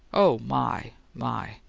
oh, my, my!